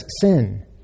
sin